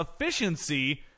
efficiency